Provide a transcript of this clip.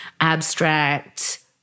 abstract